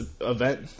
event